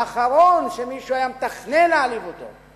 האחרון שמישהו היה מתכנן להעליב אותו.